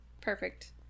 Perfect